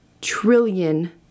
trillion